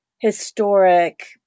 historic